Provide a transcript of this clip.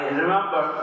remember